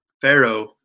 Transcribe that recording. Pharaoh